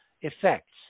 effects